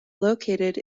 located